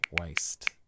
waste